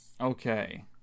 Okay